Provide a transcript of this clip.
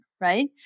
right